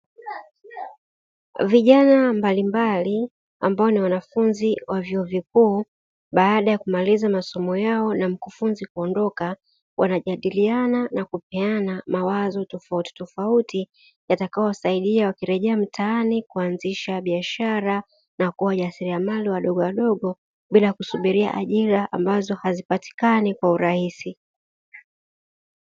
Vijana mbalimbali ambao ni wanafunzi wa vyuo vikuu baada ya kumaliza masomo yao na mkufunzi kuondoka, wanajadiliana na kupeana mawazo tofauti tofauti yatakayosaidia wakirejea mtaani kuanzisha biashara na kuwa wajasiriamali wadogo wadogo bila kusubiria ajira ambazo hazipatikani kwa urahisi.